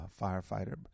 firefighter